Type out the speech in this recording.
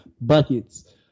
Buckets